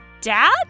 Dad